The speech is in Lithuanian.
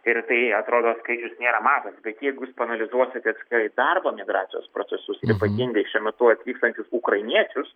ir tai atrodo skaičius nėra mažas jeigu jūs paanalizuosite atskirai darbo migracijos procesus ypatingai šiuo metu atvykstančius ukrainiečius